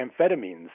amphetamines